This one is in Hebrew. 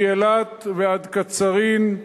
מאילת ועד קצרין,